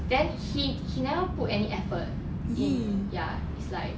then he he never put any effort in ya it's like